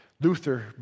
Luther